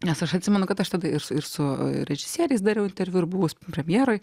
nes aš atsimenu kad aš tada ir su režisieriais dariau interviu ir buvusiam premjerui